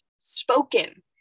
spoken